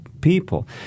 people